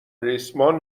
ریسمان